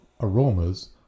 aromas